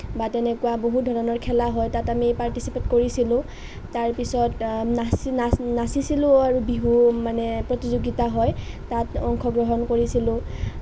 বা তেনেকুৱা বহুত ধৰণৰ খেলা হয় তাত আমি পাৰ্টিচিপেট কৰিছিলোঁ তাৰ পিছত নাচ না নাচিছিলোঁও বিহু মানে প্ৰতিযোগিতা হয় তাত অংশগ্ৰহণ কৰিছিলোঁ